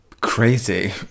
crazy